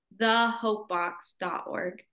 ThehopeBox.org